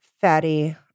Fatty